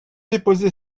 déposé